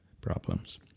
problems